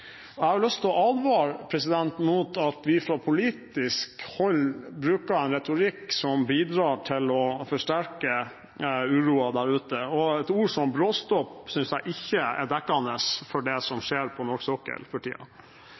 Sverdrup-utbyggingen. Jeg har lyst til å advare mot at vi fra politisk hold bruker en retorikk som bidrar til å forsterke uroen der ute. Et ord som «bråstopp» synes jeg ikke er dekkende for det som skjer på norsk sokkel for